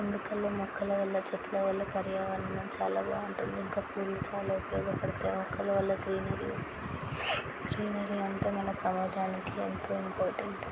ఎందుకంటే మొక్కల వల్ల చెట్ల వల్ల పర్యావరణం చాలా బాగుంటుంది ఇంకా పూలు చాలా ఉపయోగపడతాయి మొక్కల వల్ల గ్రీనరీ వస్తుంది గ్రీనరీ అంటే మన సమాజానికి ఎంతో ఇంపార్టెంట్